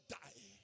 die